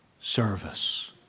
Service